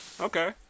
okay